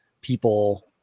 people